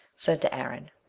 said to aaron,